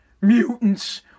mutants